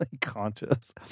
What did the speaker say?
conscious